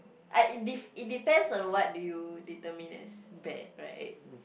I it de~ it depends on what do you determine as bad right